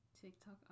TikTok